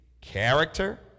character